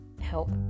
help